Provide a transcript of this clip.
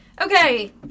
Okay